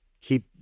keep